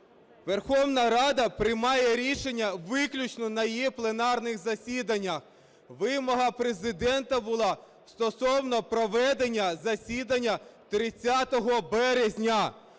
Верховна Рада приймає рішення виключно на її пленарних засіданнях. Вимога Президента була стосовно проведення засідання 30 березня.